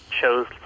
chose